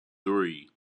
three